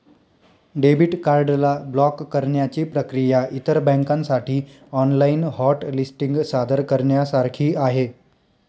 debit card ला block करण्याची प्रक्रिया इतर बँकांसाठी ऑनलाइन हॉट लिस्टिंग सादर करण्यासारखी आहे